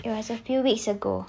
it was a few weeks ago